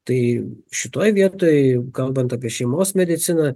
tai šitoj vietoj kalbant apie šeimos mediciną